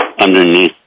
underneath